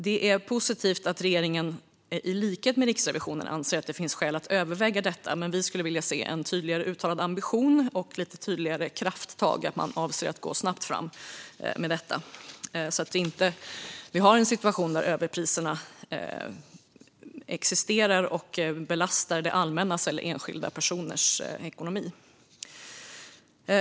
Det är positivt att regeringen, i likhet med Riksrevisionen, anser att det finns skäl att överväga detta, men vi skulle vilja se en tydligare uttalad ambition och lite tydligare krafttag att man avser att gå snabbt fram med detta så att vi inte har en situation där överpriser existerar och belastar det allmännas eller enskilda personers ekonomi.